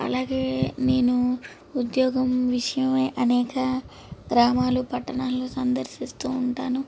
అలాగే నేను ఉద్యోగం విషయమై అనేక గ్రామాలు పట్టణాలు సందర్శిస్తూ ఉంటాను